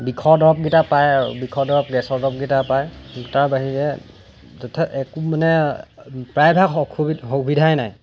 বিষৰ দৰৱকেইটা পায় আৰু বিষৰ দৰৱ গেছৰ দৰৱকেইটা পায় তাৰ বাহিৰে একো মানে প্ৰায়ভাগ সু সুবিধাই নাই